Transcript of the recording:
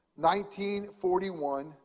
1941